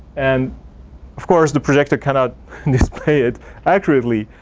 and of course the projector cannot display it accurately,